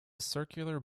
circular